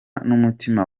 n’umutima